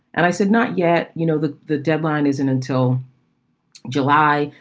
and i said, not yet. you know, the the deadline isn't until july.